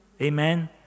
Amen